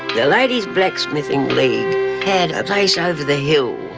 the ladies blacksmithing league had a place over the hill,